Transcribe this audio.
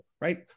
right